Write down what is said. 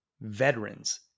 veterans